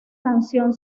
canción